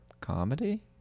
comedy